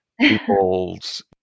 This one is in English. people's